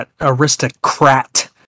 aristocrat